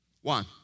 One